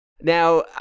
Now